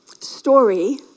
story